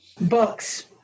Books